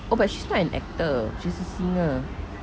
oh but she's not an actor she's a singer